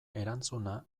erantzuna